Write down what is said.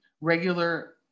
regular